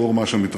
לאור מה שמתרחש,